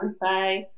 Bye